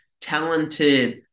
talented